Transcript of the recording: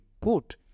put